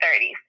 30s